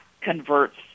converts